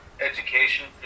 education